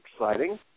exciting